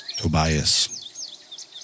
Tobias